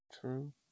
True